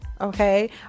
okay